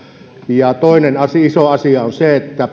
toinen iso asia on se että